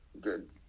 good